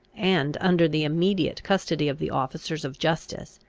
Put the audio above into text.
and under the immediate custody of the officers of justice,